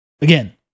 Again